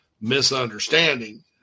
misunderstanding